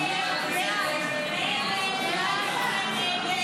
הסתייגות 12 לא נתקבלה.